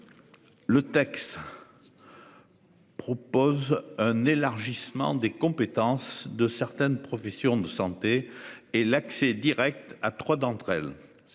Le texte. Propose un élargissement des compétences de certaines professions de santé et l'accès Direct à trois d'entre elles,